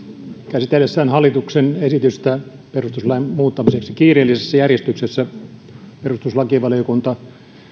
käsitellessään hallituksen esitystä perustuslain muuttamiseksi kiireellisessä järjestyksessä perustuslakivaliokunta